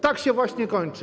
Tak to się właśnie kończy.